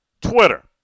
Twitter